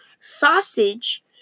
sausage